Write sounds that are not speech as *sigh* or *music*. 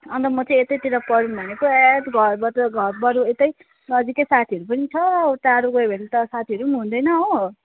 अन्त म चाहिँ यतैतिर पढौँ भनेको अइच घरबाट घरबाट यतै नजिकै *unintelligible* साथीहरू पनि छ टाढो गयो भने त साथीहरू पनि हुँदैन हो